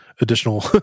additional